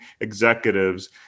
executives